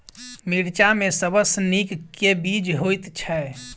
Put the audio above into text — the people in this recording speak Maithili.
मिर्चा मे सबसँ नीक केँ बीज होइत छै?